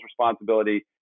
responsibility